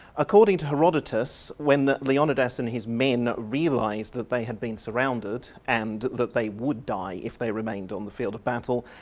according to herodotus, when leonidas and his men realised that they had been surrounded and that they would die if they remained on the field of battle,